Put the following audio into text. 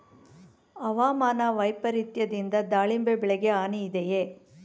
ಹವಾಮಾನ ವೈಪರಿತ್ಯದಿಂದ ದಾಳಿಂಬೆ ಬೆಳೆಗೆ ಹಾನಿ ಇದೆಯೇ?